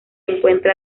encuentra